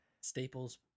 Staples